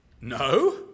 No